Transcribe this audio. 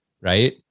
right